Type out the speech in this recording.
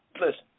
Listen